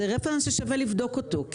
זה רפרנס ששווה לבדוק אותו.